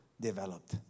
developed